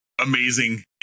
Amazing